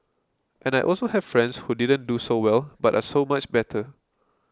and I also have friends who didn't do so well but are so much better